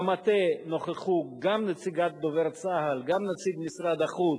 במטה נכחו גם נציגת דובר צה"ל, גם נציג משרד החוץ.